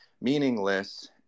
meaningless